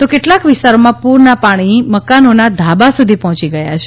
તો કેટલાંક વિસ્તારોમાં પૂરના પાણી મકાનોના ધાબા સુધી પહોંચી ગયા છે